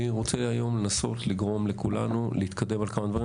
אני רוצה היום לנסות לגרום לכולנו להתקדם על כמה דברים.